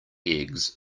eggs